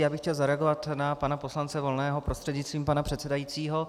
Já bych chtěl zareagovat na pana poslance Volného prostřednictvím pana předsedajícího.